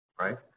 right